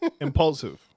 Impulsive